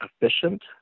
efficient